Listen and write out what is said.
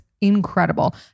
incredible